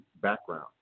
background